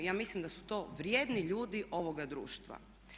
Ja mislim da su to vrijedni ljudi ovoga društva.